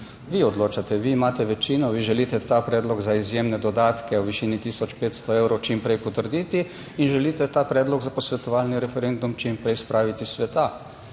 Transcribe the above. vi odločate, vi imate večino, vi želite ta predlog za izjemne dodatke v višini 1500 evrov čim prej potrditi in želite ta predlog za posvetovalni referendum čim prej spraviti s sveta.